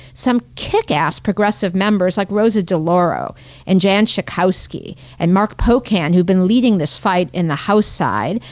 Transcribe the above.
some kickass progressive members like rosa delauro and jan schakowsky and mark pocan, who've been leading this fight in the house side,